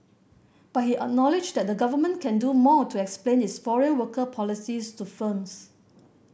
but he acknowledged that the Government can do more to explain its foreign worker policies to firms